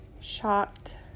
shocked